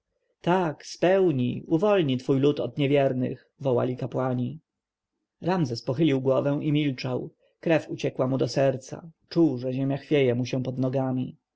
tak spełnij uwolnij twój lud od niewiernych wołali kapłani ramzes pochylił głowę i milczał krew uciekła mu do serca czuł że ziemia chwieje mu się pod nogami